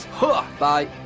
Bye